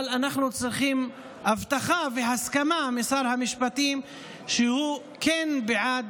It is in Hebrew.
אבל אנחנו צריכים הבטחה והסכמה משר המשפטים שהוא כן בעד